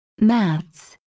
maths